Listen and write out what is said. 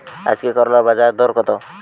আজকে করলার বাজারদর কত?